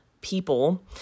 people